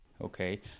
okay